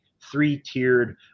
three-tiered